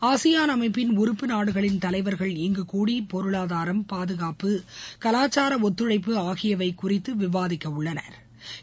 ஆசியாள் அமைப்பின் உறுப்பு நாடுகளின் தலைவர்கள் இங்கு கூடி பொருளாதாரம் பாதுகாப்பு கலாச்சார ஒத்துழைப்பு ஆகியவை குறித்து விவாதிக்க உள்ளனா்